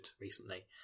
recently